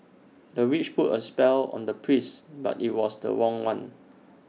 the witch put A spell on the prince but IT was the wrong one